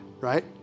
right